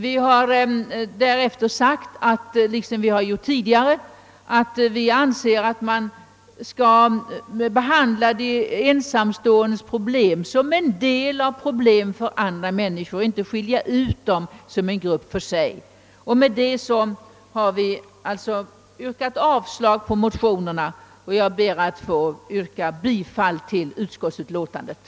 Vi har ansett att man skall behandla de ensamståendes problem som en del av samma problem för andra människor och inte avskilja de ensamstående som en grupp för sig. På grund härav har vi yrkat avslag på motionerna. Jag ber att få yrka bifall till utskottets hemställan.